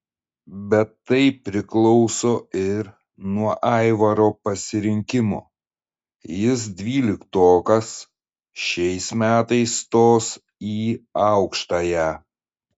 bet tai priklauso ir nuo aivaro pasirinkimo jis dvyliktokas šiais metais stos į aukštąją